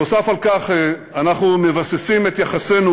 נוסף על כך, אנחנו מבססים את יחסינו